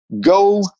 go